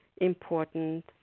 important